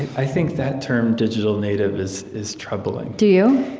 i think that term, digital native, is is troubling do you?